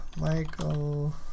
Michael